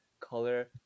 color